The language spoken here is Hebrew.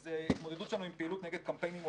זה התמודדות שלנו עם פעילות נגד קמפיינים מובילים.